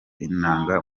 inanga